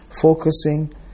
focusing